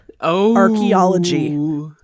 archaeology